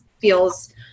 feels